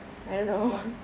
one